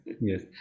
Yes